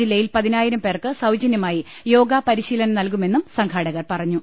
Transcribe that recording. ജില്ലയിൽ പതിനായിരം പേർക്ക് സൌജനൃമായി യോഗാ പരിശീലനം നൽകു മെന്നും സംഘാടകർ പറഞ്ഞു